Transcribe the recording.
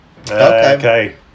Okay